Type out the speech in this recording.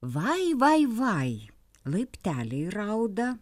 vai vai vai laipteliai rauda